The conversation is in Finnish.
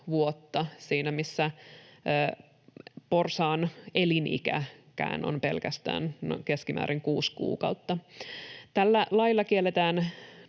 vuotta, siinä missä porsaan elinikäkin on keskimäärin pelkästään kuusi kuukautta. Tällä lailla kielletään